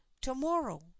Tomorrow